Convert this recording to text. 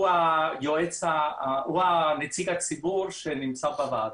הוא נציג הציבור שנמצא בוועדה.